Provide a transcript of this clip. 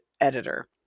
editor